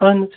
اَہَن حظ